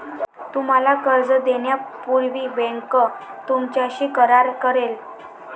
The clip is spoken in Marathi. तुम्हाला कर्ज देण्यापूर्वी बँक तुमच्याशी करार करेल